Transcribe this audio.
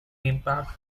impact